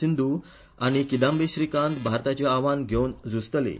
सिंध्दू आनी किदांबी श्रीकांत भारताचे आव्हान घेवन झूजतलीं